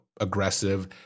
aggressive